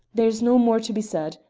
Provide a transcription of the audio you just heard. there is no more to be said.